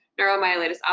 neuromyelitis